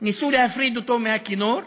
ניסו להפריד אותו מהכינור,